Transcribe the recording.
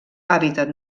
hàbitat